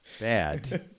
Bad